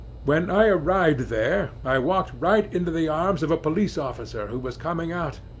when i arrived there, i walked right into the arms of a police-officer who was coming out,